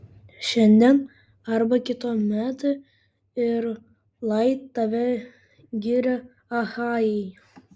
šiandien arba kituomet ir lai tave giria achajai